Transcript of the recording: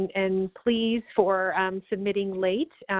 and pleas for submitting late.